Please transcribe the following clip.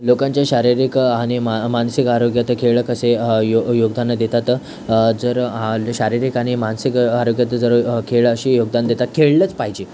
लोकांच्या शारीरिक आणि मा मानसिक आरोग्य ते खेळ कसे यो योगदान देतात जर हा ल् शारीरिक आणि मानसिक आरोग्यात जर खेळ असे योगदान देतात खेळलंच पाहिजे